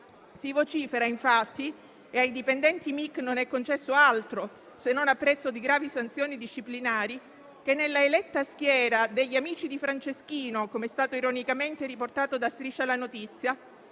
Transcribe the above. Si vocifera, infatti (e ai dipendenti del Mic non è concesso altro, se non al prezzo di gravi sanzioni disciplinari), che nella eletta schiera degli amici di Franceschino, come è stato ironicamente riportato da «Striscia la notizia»,